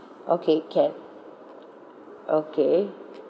okay can okay